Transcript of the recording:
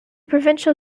provincial